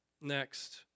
next